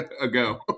ago